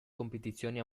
competizioni